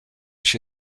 się